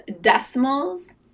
decimals